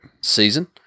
season